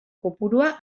kopurua